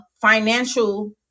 financial